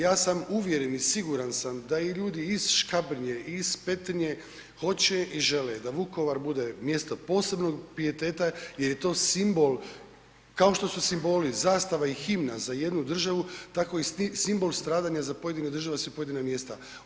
Ja sam uvjeren i siguran sam da i ljudi iz Škabrnje i iz Petrinje hoće i žele da Vukovar bude mjesto posebnog pijeteta jel je to simbol, kao što su simboli zastava i himna za jednu državu tako i simbol stradanja za pojedine države su pojedina mjesta.